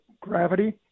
gravity